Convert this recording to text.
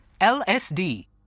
LSD